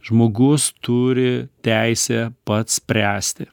žmogus turi teisę pats spręsti